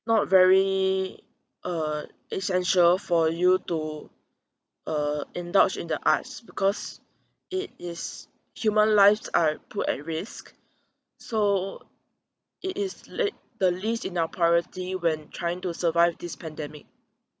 not very uh essential for you to uh indulge in the arts because it is human lives are put at risk so it is lea~ the least in our priority when trying to survive this pandemic